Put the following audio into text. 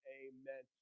amen